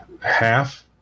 Half